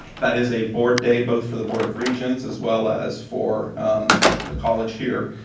that is a board day both for the board of regents, as well as for the college here,